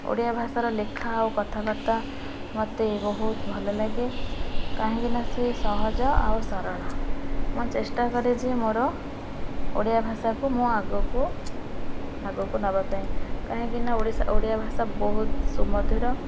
ଓଡ଼ିଆ ଭାଷାର ଲେଖା ଆଉ କଥାବାର୍ତ୍ତା ମତେ ବହୁତ ଭଲ ଲାଗେ କାହିଁକିନା ସେ ସହଜ ଆଉ ସରଳ ମୁଁ ଚେଷ୍ଟା କରେ ଯେ ମୋର ଓଡ଼ିଆ ଭାଷାକୁ ମୁଁ ଆଗକୁ ଆଗକୁ ନେବା ପାଇଁ କାହିଁକିନା ଓଡ଼ିଶା ଓଡ଼ିଆ ଭାଷା ବହୁତ ସୁମଧୁର